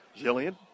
Jillian